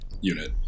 unit